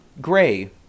gray